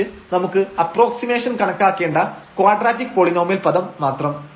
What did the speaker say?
മറിച്ചു നമുക്ക് അപ്പ്രോക്സിമിഷൻ കണക്കാക്കേണ്ട ക്വാഡ്രറ്റിക് പോളിനോമിയൽ പദം മാത്രം